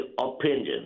opinion